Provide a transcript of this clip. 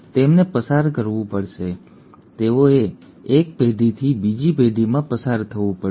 તેમને પસાર કરવું પડશે તેઓએ એક પેઢીથી બીજી પેઢીમાં પસાર થવું પડશે